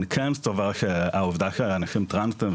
אני כן סבור שהעובדה שאנשים טרנסים,